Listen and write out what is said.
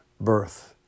birth